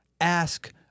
ask